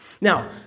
Now